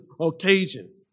occasion